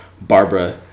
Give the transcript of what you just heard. Barbara